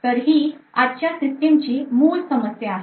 तर ही आजच्या सिस्टीमची मूळ समस्या आहे